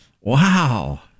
Wow